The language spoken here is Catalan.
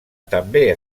també